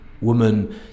woman